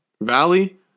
Valley